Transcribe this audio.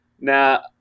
Now